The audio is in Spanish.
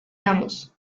amos